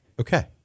Okay